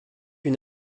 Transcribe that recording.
une